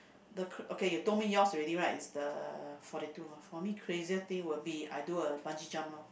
the cr~ okay you tell me yours is already right is the forty two hor for me crazier thing will be I do a bungee jump loh